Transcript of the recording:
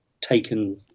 taken